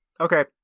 Okay